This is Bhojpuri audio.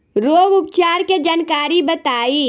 रोग उपचार के जानकारी बताई?